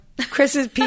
chris's